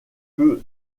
peut